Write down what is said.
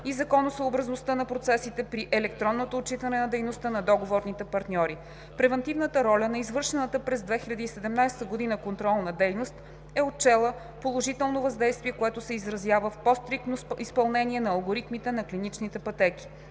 и законосъобразността на процесите при електронното отчитане на дейността на договорните партньори. Превантивната роля на извършената през 2017 г. контролна дейност е отчела положително въздействие, което се изразява в по стриктно изпълнение на алгоритмите на клиничните пътеки,